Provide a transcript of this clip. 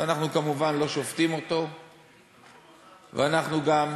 ואנחנו כמובן לא שופטים ואנחנו גם